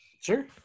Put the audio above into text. Sure